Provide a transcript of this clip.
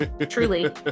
Truly